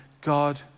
God